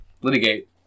Litigate